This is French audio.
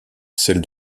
celle